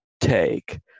take